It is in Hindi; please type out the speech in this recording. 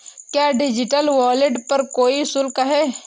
क्या डिजिटल वॉलेट पर कोई शुल्क है?